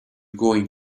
going